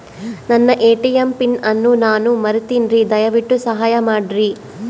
ನನ್ನ ATM pin ಅನ್ನು ನಾನು ಮರಿತಿನ್ರಿ, ದಯವಿಟ್ಟು ಸಹಾಯ ಮಾಡ್ರಿ